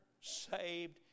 saved